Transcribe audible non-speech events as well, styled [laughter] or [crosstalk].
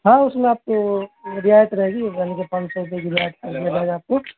ہاں اس میں آپ کو رعایت رہے گی [unintelligible] پانچ سو روپے کی رعایت [unintelligible] آپ کو